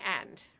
end